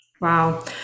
Wow